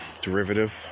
derivative